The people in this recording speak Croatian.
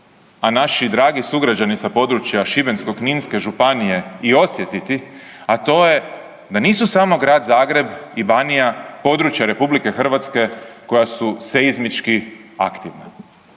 a naši dragi sugrađani sa područja Šibensko-kninske županije i osjetiti, a to je da nisu samo Grad Zagreb i Banija područja RH koja su seizmički aktivna.